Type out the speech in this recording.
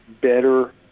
better